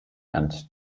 and